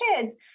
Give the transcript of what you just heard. kids